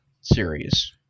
series